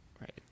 right